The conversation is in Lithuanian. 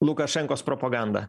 lukašenkos propaganda